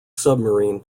submarine